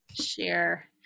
share